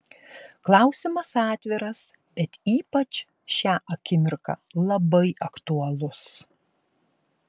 klausimas atviras bet ypač šią akimirką labai aktualus